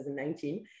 2019